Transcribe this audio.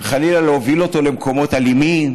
וחלילה להוביל למקומות אלימים